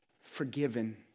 Forgiven